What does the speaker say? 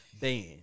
Band